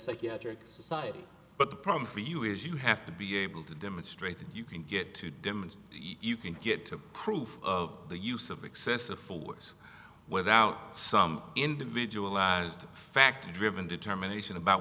psychiatric society but the problem for you is you have to be able to demonstrate that you can get to demand you can get to proof of the use of excessive force without some individualized fact driven determination about